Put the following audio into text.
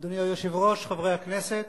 אדוני היושב-ראש, חברי הכנסת,